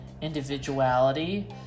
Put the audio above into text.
individuality